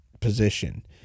position